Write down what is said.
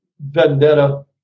vendetta